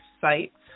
sites